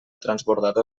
transbordador